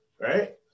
Right